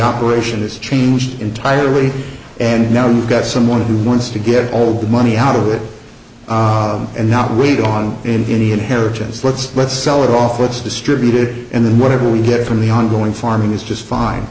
operation has changed entirely and now you've got someone who wants to get all the money out of it and not read on in any inheritance let's let's sell it off it's distributed and then whatever we get from the ongoing farming is just fine